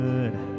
Good